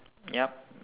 yup